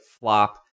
flop